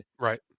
Right